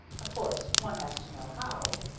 of course one has to know how.